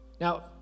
Now